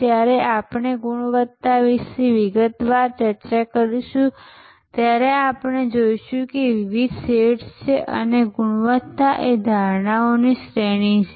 જ્યારે આપણે ગુણવત્તા વિશે વિગતવાર ચર્ચા કરીશું ત્યારે આપણે જોઈશું કે વિવિધ શેડ્સ છે ગુણવત્તા એ ધારણાઓની શ્રેણી છે